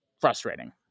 frustrating